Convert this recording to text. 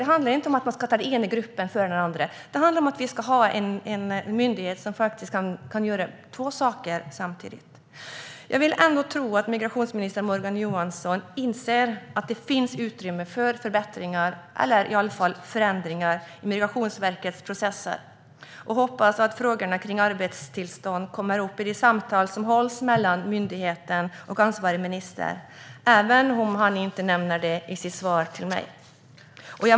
Det handlar inte om att vi ska ta den ena gruppen före den andra utan om att vi ska ha en myndighet som faktiskt kan göra två saker samtidigt. Jag vill ändå tro att migrationsminister Morgan Johansson inser att det finns utrymme för förbättringar eller i alla fall förändringar i Migrationsverkets processer och hoppas att frågorna kring arbetstillstånd kommer upp i de samtal som hålls mellan myndigheten och ansvarig minister, även om han inte nämnde det i sitt svar till mig.